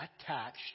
attached